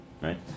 right